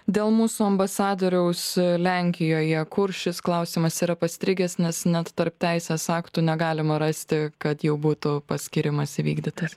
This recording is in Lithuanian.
dėl mūsų ambasadoriaus lenkijoje kur šis klausimas yra pastrigęs nes net tarp teisės aktų negalima rasti kad jau būtų paskyrimas įvykdytas